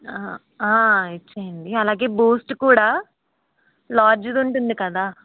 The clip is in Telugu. ఇచ్చేయండి అలాగే బూస్ట్ కూడా లార్జ్ది ఉంటుంది కదా